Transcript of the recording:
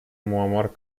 муамар